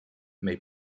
may